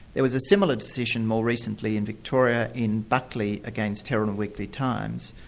there was a similar decision more recently in victoria in buckley against herald and weekly times,